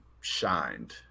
shined